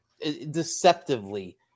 deceptively